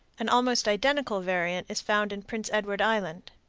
an almost identical variant is found in prince edward island.